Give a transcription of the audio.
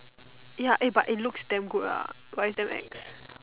ya eh but it looks damn good lah but it's damn ex